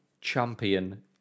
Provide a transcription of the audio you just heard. champion